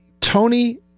Tony